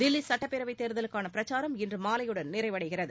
தில்லி சட்டப்பேரவைத் தேர்தலுக்கான பிரச்சாரம் இன்று மாலையுடன் நிறைவடைகிறது